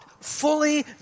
fully